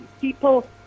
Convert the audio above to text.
people